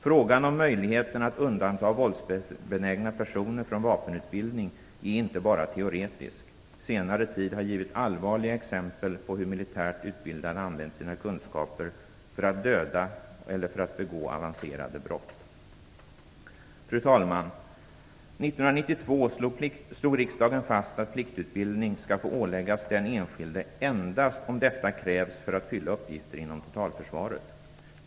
Frågan om möjligheten att undanta våldsbenägna personer från vapenutbildning är inte bara teoretisk. Senare tid har givit allvarliga exempel på hur militärt utbildade använt sina kunskaper för att döda eller för att begå avancerade brott. Fru talman! 1992 slog riksdagen fast att pliktutbildning skall få åläggas den enskilde endast om detta krävs för att fylla uppgifter inom totalförsvaret.